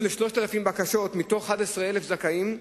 ל-3,000 בקשות מתוך 11,000 זכאים,